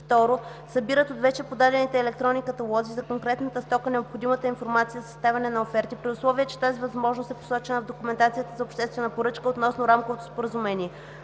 2. събират от вече подадените електронни каталози за конкретната стока необходимата информация за съставяне на оферти, при условие че тази възможност е посочена в документацията за обществената поръчка относно рамковото споразумение.